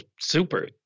super